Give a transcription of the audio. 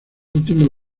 últimos